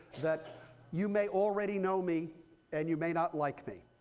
that you may already know me and you may not like me.